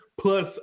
plus